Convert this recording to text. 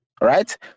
right